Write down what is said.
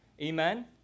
Amen